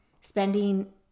spending